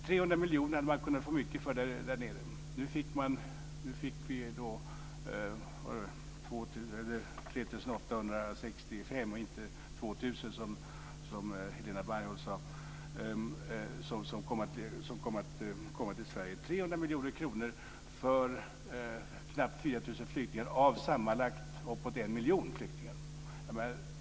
300 miljoner kronor hade man kunnat få mycket för där nere. Nu fick vi 3 865 flyktingar - och inte Sverige. 300 miljoner kronor för knappt 4 000 flyktingar av sammanlagt uppemot 1 miljon!